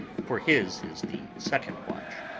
for his is the second watch.